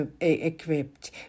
equipped